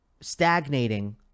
stagnating